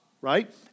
right